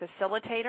facilitator